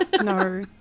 no